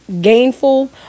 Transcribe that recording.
gainful